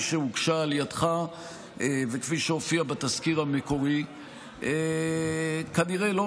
שהוגשה על ידיך וכפי שהופיעה בתזכיר המקורי כנראה לא